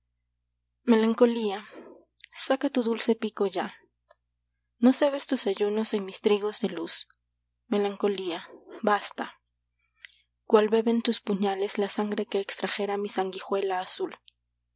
melancolía saca tu dulce pico ya no cebes tus ayunos en mis trigos de luz melancolía basta cuál beben tus puñales la sangre que extrajera mi sanguijuela azul